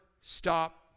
stop